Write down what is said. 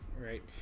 right